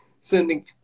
sending